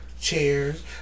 chairs